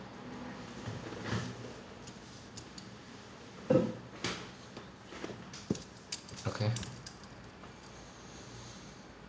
okay